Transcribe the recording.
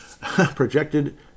Projected